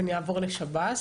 ואני אעבור לשב"ס,